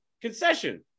concession